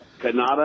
Canada